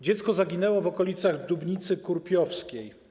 Dziecko zaginęło w okolicach Dubnicy Kurpiowskiej.